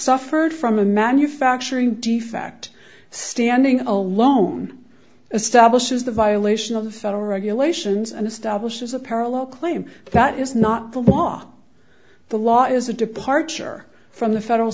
suffered from a manufacturing defect standing alone establishes the violation of federal regulations and establishes a parallel claim that is not the law the law is a departure from the federal